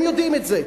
הם יודעים את זה.